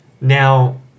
now